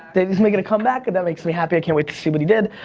that he's making a comeback. that makes me happy, i can't wait to see what he did,